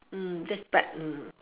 mm that's bad mm